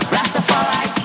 Rastafari